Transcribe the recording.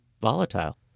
volatile